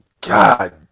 God